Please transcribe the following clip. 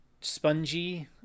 spongy